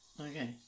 Okay